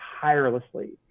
tirelessly